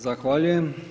Zahvaljujem.